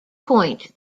point